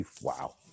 wow